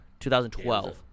2012